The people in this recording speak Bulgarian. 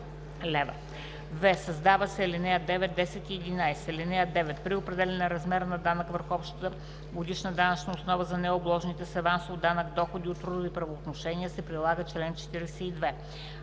в) създават се ал. 9, 10 и 11: „(9) При определяне на размера на данъка върху общата годишна данъчна основа за необложените с авансов данък доходи от трудови правоотношения се прилага чл. 42.